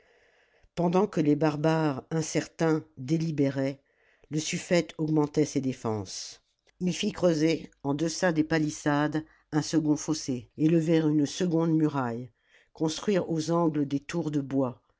pendant que les barbares incertains délibéraient le suffète augmentait ses défenses il fit creuser en deçà des palissades un second fossé élever une seconde muraille construire aux angles des tours de bois